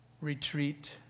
retreat